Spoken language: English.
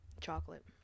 Chocolate